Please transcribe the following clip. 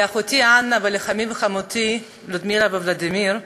לאחותי אנה ולחמי וחמותי לודמילה וולדימיר,